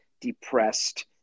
depressed